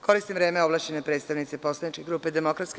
Koristim vreme ovlašćene predstavnice poslaničke grupe DS.